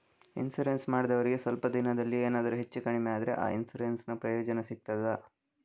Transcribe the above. Insurance ಮಾಡಿದವರಿಗೆ ಸ್ವಲ್ಪ ದಿನದಲ್ಲಿಯೇ ಎನಾದರೂ ಹೆಚ್ಚು ಕಡಿಮೆ ಆದ್ರೆ ಆ ಇನ್ಸೂರೆನ್ಸ್ ನ ಪ್ರಯೋಜನ ಸಿಗ್ತದ?